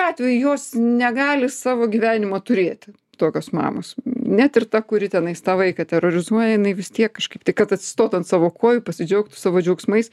atveju jos negali savo gyvenimo turėti tokios mamos net ir ta kuri tenais tą vaiką terorizuoja jinai vis tiek kažkaip tai kad atsistotų ant savo kojų pasidžiaugtų savo džiaugsmais